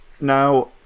now